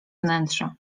wnętrza